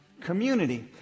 community